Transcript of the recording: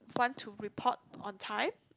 fun to report on time